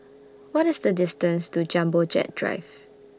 What IS The distance to Jumbo Jet Drive